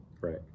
Right